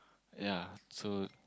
ya so